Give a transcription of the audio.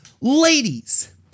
ladies